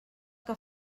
que